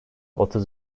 otuz